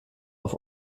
auf